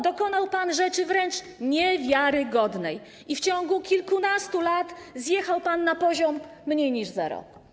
Dokonał pan rzeczy wręcz niewiarygodnej i w ciągu kilkunastu lat zjechał pan na poziom mniej niż zero.